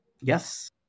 Yes